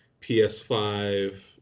PS5